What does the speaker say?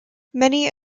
many